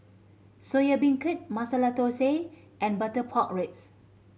Soya Beancurd Masala Thosai and butter pork ribs